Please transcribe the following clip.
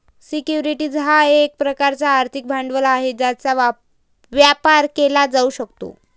securities हा एक प्रकारचा आर्थिक भांडवल आहे ज्याचा व्यापार केला जाऊ शकतो